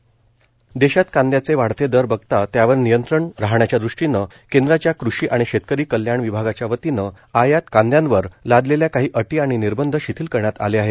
कांदयाचे दर देशात कांद्याचे वाढते दर बघता त्यावर नियंत्रण राहण्याच्या दृष्टीनं केंद्राच्या कृषी आणि शेतकरी कल्याण विभागाच्यावतीनं आयात कांद्यावर लादलेल्या काही अटी आणि निर्बंध शिथिल करण्यात आले आहेत